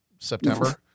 September